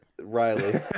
Riley